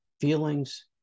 feelings